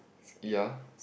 ya